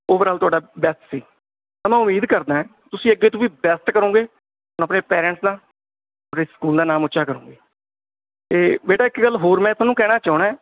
overall ਤੁਹਾਡਾ best ਸੀ ਉਮੀਦ ਕਰਦਾਂ ਤੁਸੀਂ ਅੱਗੇ ਤੋਂ ਵੀ ਬੈਸਟ ਕਰੋਗੇ ਹੁਣ ਆਪਣੇ ਪੈਰੈਂਟਸ ਦਾ ਆਪਣੇ ਸਕੂਲ ਦਾ ਨਾਮ ਉੱਚਾ ਕਰੋਗੇ ਅਤੇ ਬੇਟਾ ਇੱਕ ਗੱਲ ਹੋਰ ਮੈਂ ਤੁਹਾਨੂੰ ਕਹਿਣਾ ਚਾਹੁੰਦਾ